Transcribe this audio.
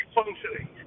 functioning